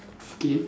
mm